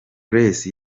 grace